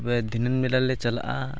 ᱛᱚᱵᱮ ᱫᱷᱤᱱᱟᱹᱝ ᱵᱮᱲᱟᱞᱮ ᱪᱟᱞᱟᱜᱼᱟ